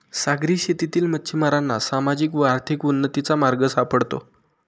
सागरी शेतीतील मच्छिमारांना सामाजिक व आर्थिक उन्नतीचा मार्ग सापडतो